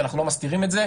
ואנחנו לא מסתירים את זה,